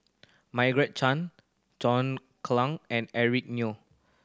Margaret Chan John Clang and Eric Neo